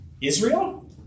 Israel